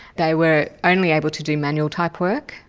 they were only able to do manual type work.